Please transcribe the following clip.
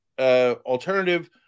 alternative